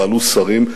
פעלו שרים,